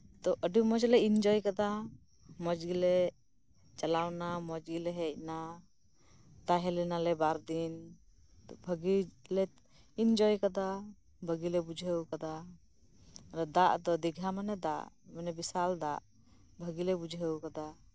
ᱛᱚ ᱟᱹᱰᱤ ᱢᱚᱪᱞᱮ ᱤᱧᱡᱚᱭ ᱠᱮᱫᱟ ᱢᱚᱪᱜᱮᱞᱮ ᱪᱟᱞᱟᱣᱮᱱᱟ ᱢᱚᱪᱜᱮᱞᱮ ᱦᱮᱡᱱᱟ ᱛᱟᱦᱮᱸ ᱞᱮᱱᱟᱞᱮ ᱵᱟᱨᱫᱤᱱ ᱵᱷᱟᱜᱤᱞᱮ ᱤᱧᱡᱚᱭ ᱟᱠᱟᱫᱟ ᱵᱷᱟᱜᱤᱞᱮ ᱵᱩᱡᱷᱟᱹᱣ ᱟᱠᱟᱫᱟ ᱫᱟᱜ ᱫᱚ ᱫᱷᱤᱜᱷᱟ ᱢᱟᱱᱮ ᱫᱟᱜ ᱢᱟᱱᱮ ᱵᱤᱥᱟᱞ ᱫᱟᱜ ᱵᱷᱟᱜᱤᱞᱮ ᱵᱩᱡᱷᱟᱹᱣ ᱟᱠᱟᱫᱟ